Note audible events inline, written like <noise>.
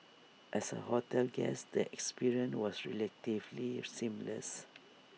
as A hotel guest the experience was relatively seamless <noise>